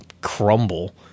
crumble